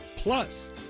Plus